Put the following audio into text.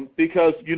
because